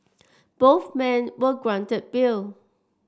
both men were granted bail